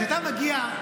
כשאתה מגיע,